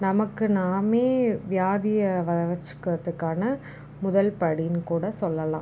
நமக்கு நாமே வியாதியை வர வச்சுக்கிறதுக்கான முதல் படின்னு கூட சொல்லலாம்